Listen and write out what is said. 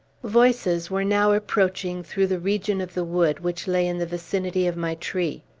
voices were now approaching through the region of the wood which lay in the vicinity of my tree.